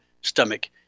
stomach